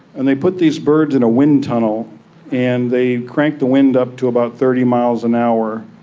and they put these birds in a wind tunnel and they cranked the wind up to about thirty miles an hour,